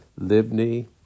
Libni